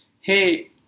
hey